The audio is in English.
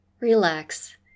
relax